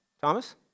Thomas